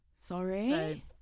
Sorry